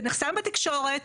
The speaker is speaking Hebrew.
זה נחסם בתקשורת.